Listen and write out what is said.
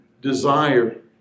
desire